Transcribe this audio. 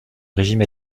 régime